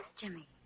Jimmy